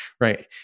right